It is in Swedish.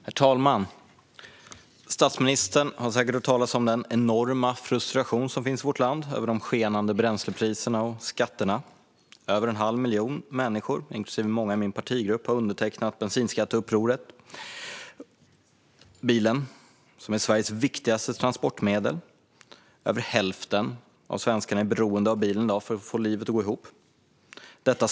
Herr talman! Statsministern har säkert hört talas om den enorma frustration som finns i vårt land över de skenande bränslepriserna och skatterna. Över en halv miljon människor, inklusive många i min partigrupp, har undertecknat bensinskatteupproret. Bilen är Sveriges viktigaste transportmedel. Över hälften av svenskarna är beroende av bilen i dag för att få livet att gå ihop.